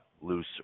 loose